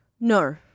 No